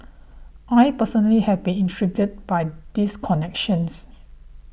I personally have been intrigued by these connections